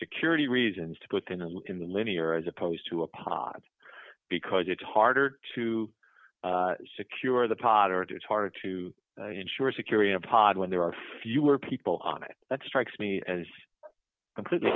security reasons to put in the in the linear as opposed to a pod because it's harder to secure the pod or it is harder to ensure security in a pod when there are fewer people on it that strikes me as completely